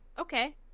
Okay